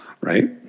right